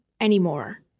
anymore